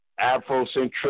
Afrocentric